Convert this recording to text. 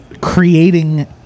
creating